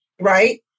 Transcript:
right